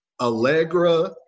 Allegra